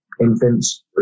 infants